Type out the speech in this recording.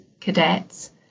cadets